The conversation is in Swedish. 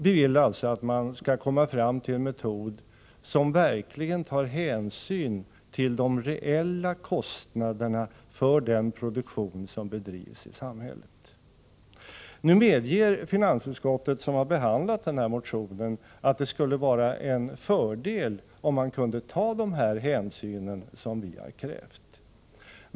Vi vill alltså att man skall komma fram till en metod som verkligen tar hänsyn till de reella kostnaderna för den produktion som bedrivs i samhället. Nu medger finansutskottet, som har behandlat motionen, att det skulle vara en fördel om man kunde ta de här hänsynen som vi har krävt.